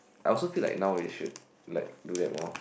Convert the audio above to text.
I also feel like now we should like do that more